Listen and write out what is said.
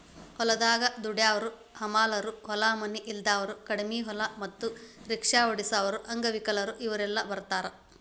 ಹೊಲದಾಗ ದುಡ್ಯಾವರ ಹಮಾಲರು ಹೊಲ ಮನಿ ಇಲ್ದಾವರು ಕಡಿಮಿ ಹೊಲ ಮತ್ತ ರಿಕ್ಷಾ ಓಡಸಾವರು ಅಂಗವಿಕಲರು ಇವರೆಲ್ಲ ಬರ್ತಾರ